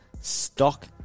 stock